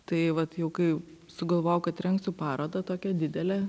tai vat jau kai sugalvojau kad rengsiu parodą tokią didelę